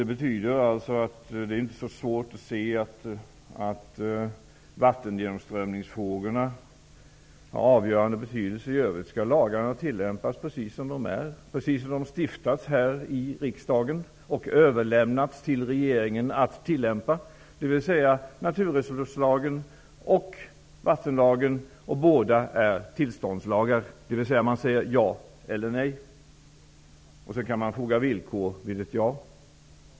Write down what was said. Det betyder att det inte är så svårt att se att vattengenomströmningsfrågorna har avgörande betydelse. I övrigt skall lagarna tillämpas precis som de har stiftats här i riksdagen och överlämnats till regeringen. De aktuella lagarna är naturresurslagen och vattenlagen. Båda är tillståndslagar. Det är fråga om att säga ja eller nej. Man kan foga villkor vid ett ja.